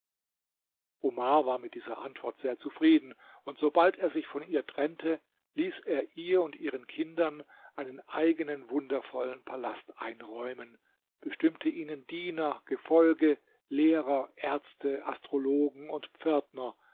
omar war mit dieser antwort sehr zufrieden und sobald er sich von ihr trennte ließ er ihr und ihren kindern einen eigenen wundervollen palast einräumen bestimmte ihnen diener gefolge lehrer ärzte astrologen und pförtner